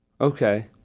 Okay